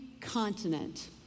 continent